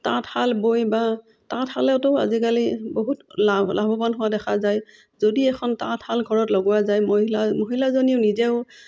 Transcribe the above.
তাঁতশাল বৈ বা তাঁতশালতো আজিকালি বহুত লাভ লাভৱান হোৱা দেখা যায় যদি এখন তাঁতশাল ঘৰত লগোৱা যায় মহিলা মহিলাজনীও নিজেও